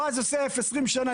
בועז יוסף 20 שנה,